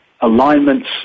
alignments